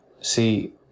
See